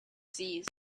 sees